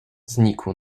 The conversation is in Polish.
znikł